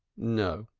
no,